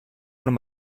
von